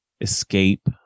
escape